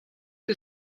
que